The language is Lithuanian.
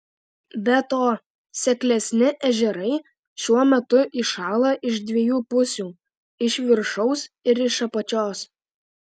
be to seklesni ežerai šiuo metu įšąla iš dviejų pusių iš viršaus ir iš apačios